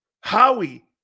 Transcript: Howie